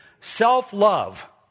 Self-love